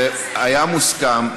זה היה מוסכם,